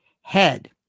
Head